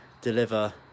deliver